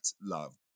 love